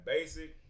Basic